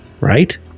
right